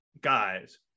guys